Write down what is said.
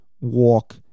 walk